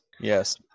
yes